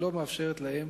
שלא מאפשרת להם